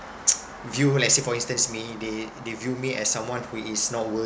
view let's say for instance me they view me as someone who is not